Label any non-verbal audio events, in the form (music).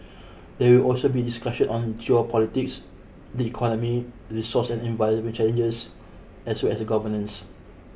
(noise) there also be discussion on geopolitics the economy resource and environment challenges as well as governance